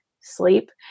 sleep